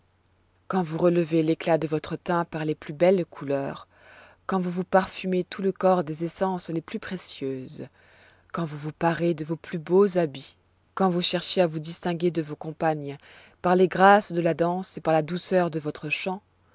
quand vous relevez l'éclat de votre teint par les plus belles couleurs quand vous vous parfumez tout le corps des essences les plus précieuses quand vous vous parez de vos plus beaux habits quand vous cherchez à vous distinguer de vos compagnes par les grâces de la danse et par la douceur de votre chant